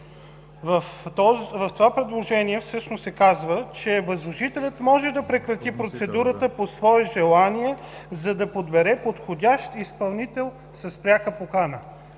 В това предложение всъщност се казва, че „възложителят може да прекрати процедурата по свое желание, за да подбере подходящ изпълнител с пряка покана”.